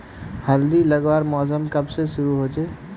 हल्दी लगवार मौसम कब से शुरू होचए?